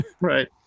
Right